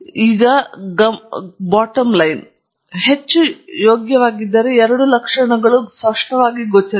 ಆದರೆ bottom line ನೀವು ಹೆಚ್ಚು ಯೋಗ್ಯವಾಗಿದ್ದರೆ ಎರಡು ಲಕ್ಷಣಗಳು ಸ್ಪಷ್ಟವಾಗಿ ಗೋಚರಿಸುತ್ತವೆ